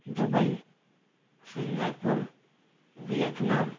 Dubai Singapore Vietnam